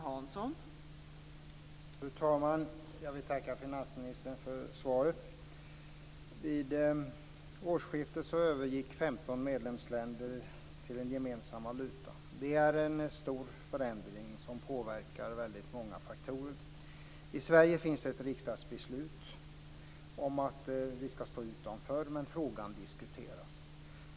Fru talman! Jag vill tacka finansministern för svaret. Vid årsskiftet övergick 15 medlemsländer till en gemensam valuta. Det är en stor förändring som påverkar väldigt många faktorer. I Sverige finns ett riksdagsbeslut om att vi skall stå utanför, men frågan diskuteras.